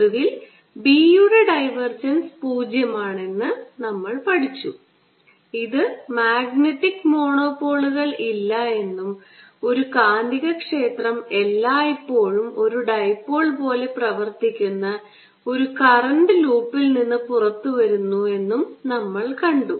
ഒടുവിൽ B യുടെ divergence 0 ആണെന്ന് ഞങ്ങൾ പഠിച്ചു ഇത് മാഗ്നറ്റിക് മോണോപോളുകൾ ഇല്ല എന്നും ഒരു കാന്തികക്ഷേത്രം എല്ലായ്പ്പോഴും ഒരു ഡൈപോൾ പോലെ പ്രവർത്തിക്കുന്ന ഒരു കറൻറ് ലൂപ്പിൽ നിന്ന് പുറത്തുവരുന്നു എന്നും നമ്മൾ കണ്ടു